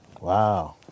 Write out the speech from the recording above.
Wow